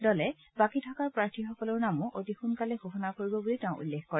দলে বাকী থকা প্ৰাৰ্থীসকলৰ নামো অতি সোনকালে ঘোষণা কৰিব বুলি তেওঁ উল্লেখ কৰে